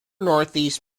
northeast